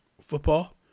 football